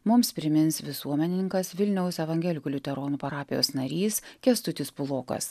mums primins visuomenininkas vilniaus evangelikų liuteronų parapijos narys kęstutis pulokas